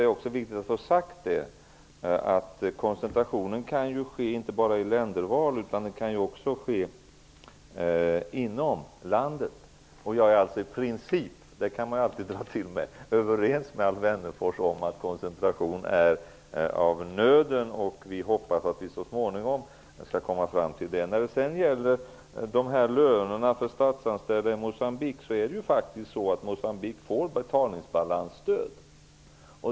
Det är också viktigt att säga att koncentrationen kan åstadkommas inte bara i ländervalet utan också inom landet. Jag är i princip -- det kan man alltid säga -- överens med Alf Wennerfors om att koncentration är av nöden, och vi hoppas att vi så småningom skall kunna åstadkomma en sådan. När det sedan gäller lönerna till statsanställda i Moçambique är det faktiskt så att Moçambique får ett betalningsbalansstöd.